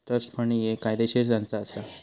trust fund ही एक कायदेशीर संस्था असा